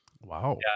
Wow